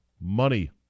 money